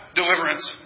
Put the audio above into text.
deliverance